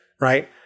right